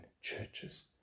churches